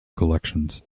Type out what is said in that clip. collections